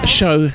show